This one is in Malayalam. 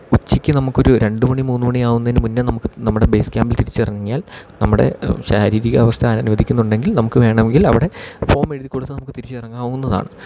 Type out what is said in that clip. ഉച്ചക്ക് നമുക്കൊരു രണ്ട് മണി മൂന്ന് മണിയാവുന്നേന് മുന്നേ നമുക്ക് നമ്മുടെ ബേസ് ക്യാമ്പിൽ തിരിച്ചിറങ്ങിയാൽ നമ്മുടെ ശാരീരിക അവസ്ഥ അനുവദിക്കുന്നുണ്ടെങ്കിൽ നമുക്ക് വേണമെങ്കിൽ അവിടെ ഫോമെഴുതിക്കൊടുത്ത് നമുക്ക് തിരിച്ച് ഇറങ്ങാവുന്നതാണ്